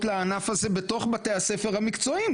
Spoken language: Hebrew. לענף הזה בתוך בתי הספר המקצועיים,